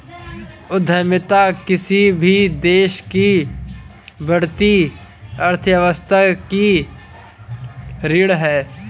उद्यमिता किसी भी देश की बढ़ती अर्थव्यवस्था की रीढ़ है